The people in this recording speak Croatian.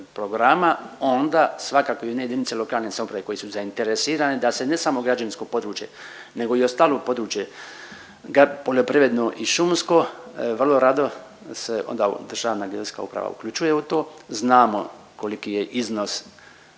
programa onda svakako i one JLS koje su zainteresirane da se ne samo građevinsko područje nego i ostalo područje poljoprivredno i šumsko vrlo rado se onda Državna geodetska uprava uključuje u to, znamo koliki je iznos